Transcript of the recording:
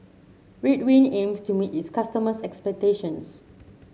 Ridwind aims to meet its customers' expectations